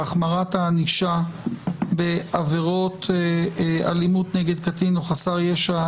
(החמרת הענישה בעבירות אלימות נגד קטין או חסר ישע),